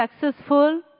successful